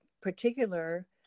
particular